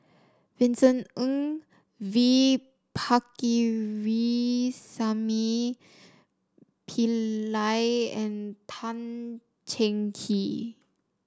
Vincent Ng V Pakirisamy Pillai and Tan Cheng Kee